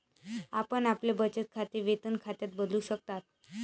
आपण आपले बचत खाते वेतन खात्यात बदलू शकता